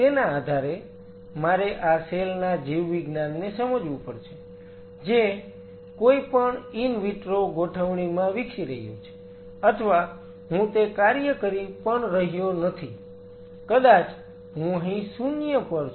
તેના આધારે મારે આ સેલ ના જીવવિજ્ઞાનને સમજવું પડશે જે કોઈપણ ઈન વિટ્રો ગોઠવણીમાં વિકસી રહ્યું છે અથવા હું તે કાર્ય કરી પણ રહ્યો નથી કદાચ હું અહીં 0 પર છું